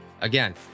again